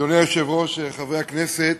אדוני היושב-ראש, חברי הכנסת,